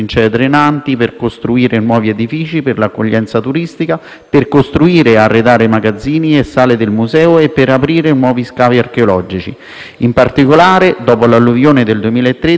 per costruire e arredare magazzini e sale del museo e per aprire nuovi scavi archeologici. In particolare, dopo l'alluvione del 2013, sono state messe in opera alcune trincee drenanti, mai usate